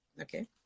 okay